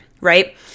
right